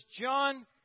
John